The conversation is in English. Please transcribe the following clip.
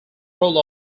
role